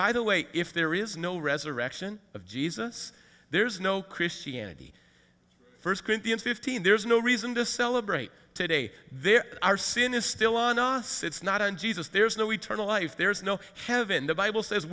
by the way if there is no resurrection of jesus there's no christianity first corinthians fifteen there's no reason to celebrate today there are sin is still on us it's not in jesus there's no eternal life there's no kevin the bible says